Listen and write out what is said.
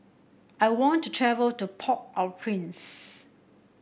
I want to travel to Port Au Prince